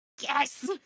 Yes